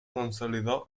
consolidó